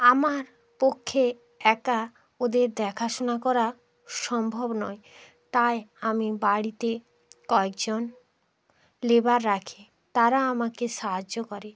আমার পক্ষে একা ওদের দেখাশোনা করা সম্ভব নয় তাই আমি বাড়িতে কয়েকজন লেবার রাখি তারা আমাকে সাহায্য করে